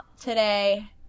today